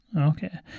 Okay